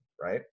right